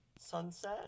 sunset